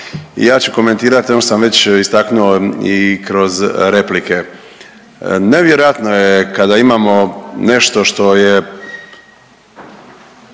ja ću komentirat ono što sam već istaknuo i kroz replike. Nevjerojatno je kada imamo nešto što je